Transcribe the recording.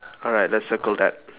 alright let's circle that